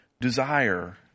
desire